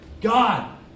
God